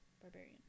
Barbarian